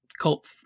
cult